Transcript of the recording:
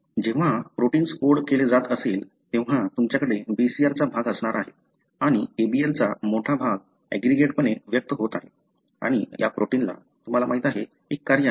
जेव्हा proteins code केले जात असेल तेव्हा तुमच्याकडे BCR चा भाग असणार आहे आणि ABL चा मोठा भाग ऍग्रीगेटपणे व्यक्त होत आहे आणि या प्रोटिनला तुम्हाला माहिती आहे एक कार्य आहे